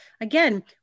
Again